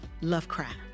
Lovecraft